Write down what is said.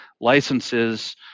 licenses